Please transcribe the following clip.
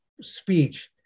speech